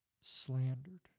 slandered